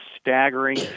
staggering